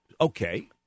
Okay